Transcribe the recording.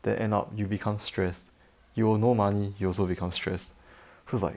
then end up you become stressed you got no money you also become stressed so it's like